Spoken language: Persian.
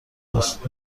است